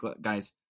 guys